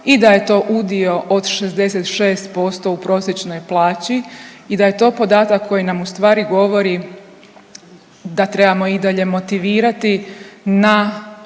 i da je to udio od 66% u prosječnoj plaći i da je to podatak koji nam ustvari govori da trebamo i dalje motivirati na